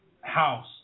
house